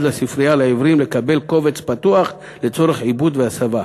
לספרייה לעיוורים לקבל קובץ פתוח לצורך עיבוד והסבה,